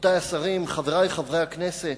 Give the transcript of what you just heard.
רבותי השרים, חברי חברי הכנסת,